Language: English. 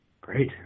Great